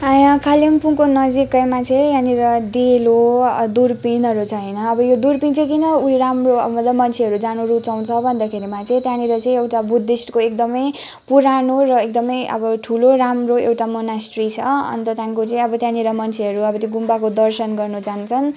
कालिम्पोङको नजिकैमा चाहिँ यहाँनिर डेलो दुरपिनहरू छ होइन अब यो दुरपिन चाहिँ उयो किन राम्रो अब मतलब मान्छेहरू जानु रुचाउँछ भन्दाखेरिमा चाहिँ त्यहाँनिर चाहिँ बुद्धिस्टको एकदमै पुरानो र एकदमै अब ठुलो राम्रो एउटा मोन्यास्ट्री छ अन्त त्यहाँदेखिको चाहिँ त्यहाँनिर मान्छेहरू अब त्यो गुम्बाको दर्शन गर्नु जान्छन्